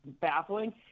baffling